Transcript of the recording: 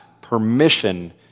permission